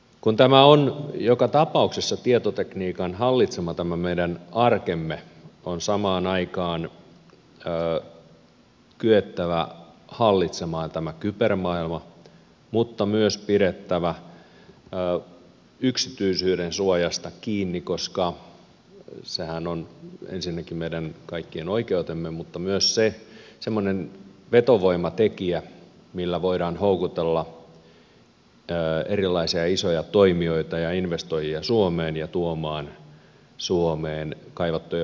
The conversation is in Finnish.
kun tämä meidän arkemme on joka tapauksessa tietotekniikan hallitsema on samaan aikaan kyettävä hallitsemaan tämä kybermaailma mutta myös pidettävä yksityisyydensuojasta kiinni koska sehän on ensinnäkin meidän kaikkien oikeutemme mutta myös semmoinen vetovoimatekijä millä voidaan houkutella erilaisia isoja toimijoita ja investoijia suomeen ja tuomaan suomeen kaivattuja verotuloja